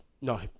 no